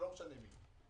לא משנה מי,